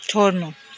छोड्नु